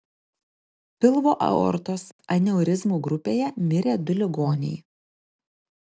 pilvo aortos aneurizmų grupėje mirė du ligoniai